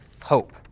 hope